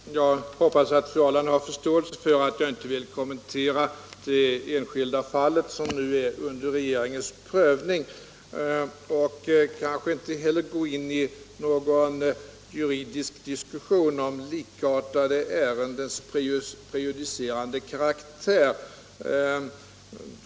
Herr talman! Jag hoppas att fru Ahrland har förståelse för att jag inte vill kommentera det enskilda fall som nu är under regeringens prövning och kanske inte heller gå in i någon juridisk diskussion om likartade ärendens prejudicerande karaktär.